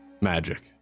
Magic